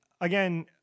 again